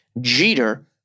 Jeter